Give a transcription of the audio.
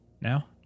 now